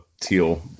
teal